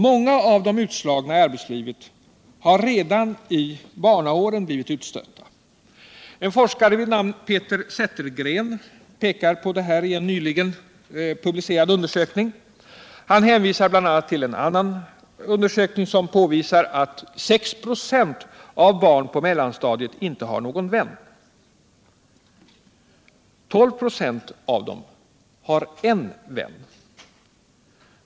Många av de i arbetslivet utslagna har blivit utstötta redan i barnaåren. En forskare vid namn Peter Zettergren visar på detta i en nyligen publicerad undersökning. Han hänvisar bl.a. till en annan undersökning, som påvisar att 6 96 av barnen på mellanstadiet inte har någon vän. 12 96 av dem har en vän.